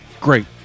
Great